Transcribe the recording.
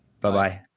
Bye-bye